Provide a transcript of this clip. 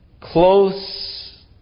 close